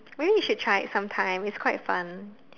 maybe you should try it sometime it's quite fun